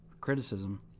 criticism